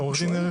עורך דין ארליך,